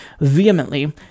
vehemently